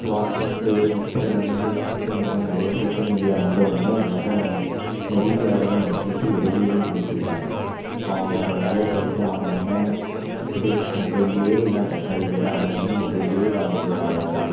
WhatsApp Instagram Facebook இந்த மாதிரி நிறைய சோஷியல் மீடியா வந்த உடனே எல்லாேரும் நெருங்கி வரதாக நினச்சிக்கிட்டு விலகி விலகி போய்கிட்ருக்காங்க அவுங்கவங்க வேலையை பார்த்துட்டு அவுங்கவங்க இப்படியே மொபைலேயே எல்லாம் டெக்னாலஜியெல்லாம் வந்த உடனே மொபைலேயே வாழ்ந்துகிட்ருக்காங்க எல்லாம்